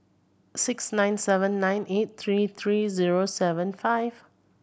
six nine seven nine eight three three zero seven five